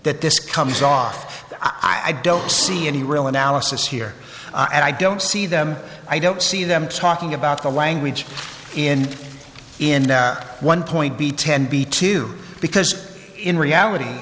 that this comes off i don't see any real analysis here and i don't see them i don't see them talking about the language in in one point b ten b two because in reality